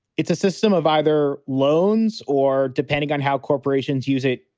it's a system of either loans or depending on how corporations use it,